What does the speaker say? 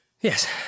Yes